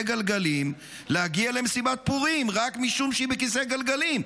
גלגלים להגיע למסיבת פורים רק משום שהיא בכיסא גלגלים?